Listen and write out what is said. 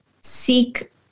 seek